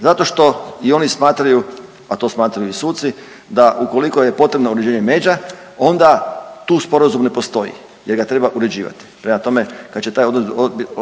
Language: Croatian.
zato što i oni smatraju a to smatraju i suci da ukoliko je potrebno uređenje međa onda tu sporazum ne postoji jer ga treba uređivati. Prema tome, kad će taj